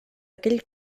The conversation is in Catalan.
aquell